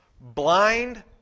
Blind